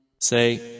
Say